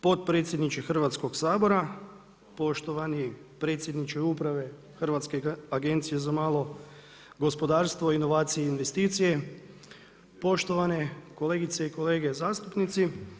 potpredsjedniče Hrvatskog sabora, poštovani predsjedniče uprave Hrvatske agencije za malo gospodarstvo, inovacije i investicije, poštovane kolegice i kolege zastupnici.